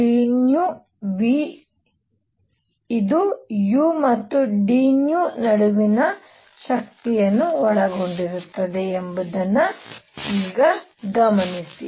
udνV U ಮತ್ತು d ನಡುವಿನ ಶಕ್ತಿಯನ್ನು ಒಳಗೊಂಡಿರುತ್ತದೆ ಎಂಬುದನ್ನು ಈಗ ಗಮನಿಸಿ